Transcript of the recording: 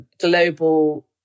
global